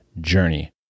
journey